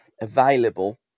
available